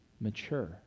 mature